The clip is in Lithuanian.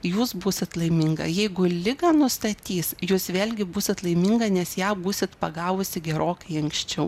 jūs būsit laiminga jeigu ligą nustatys jūs vėlgi būsit laiminga nes ją būsit pagavusi gerokai anksčiau